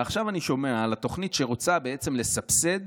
עכשיו, אני שומע על התוכנית שרוצה בעצם לסבסד